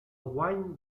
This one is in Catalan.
guany